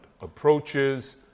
approaches